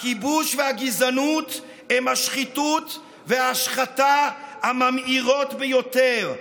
הכיבוש והגזענות הם השחיתות וההשחתה הממאירות ביותר,